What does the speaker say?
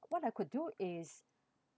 what I could do is